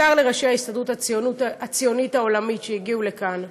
בעיקר לראשי ההסתדרות הציונית העולמית שהגיעו לכאן: